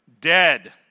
dead